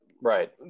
right